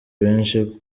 benshi